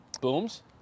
Booms